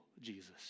Jesus